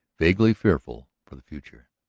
vaguely fearful for the future.